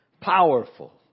powerful